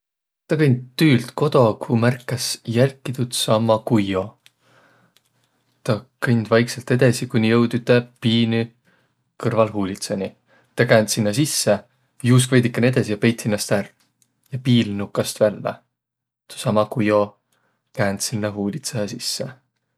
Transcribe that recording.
Tä kõnd tüült kodo, ku märkäs jälki tuudsamma kujjo. Tä kõnd vaiksõlt edesi, kooniq joud üte piinü kõrvlhuulitsaniq. Tä käänd sinnäq sisse, juusk vedükene edesi ja peit hinnäst ärq. Tä piil nukast vällä. Seosama kujo käänd sinnäq huulitsahe sisse.